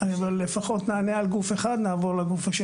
לפחות נענה על גוף אחד, ונעבור לגוף השני.